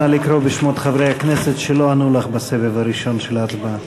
נא לקרוא בשמות חברי הכנסת שלא ענו לך בסבב הראשון של ההצבעה.